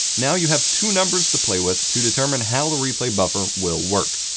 now you have two numbers to play with to determine how the replay buffer will work.